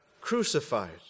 crucified